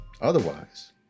Otherwise